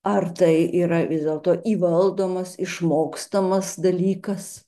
ar tai yra vis dėlto įvaldomas išmokstamas dalykas